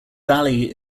valley